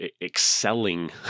excelling